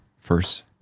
first